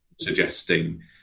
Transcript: suggesting